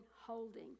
holding